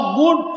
good